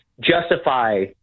justify